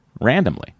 randomly